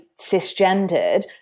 cisgendered